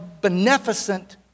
beneficent